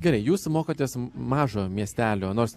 gerai jūs mokotės mažo miestelio nors